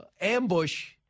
ambush